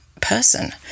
person